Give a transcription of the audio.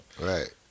Right